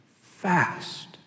fast